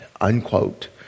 Unquote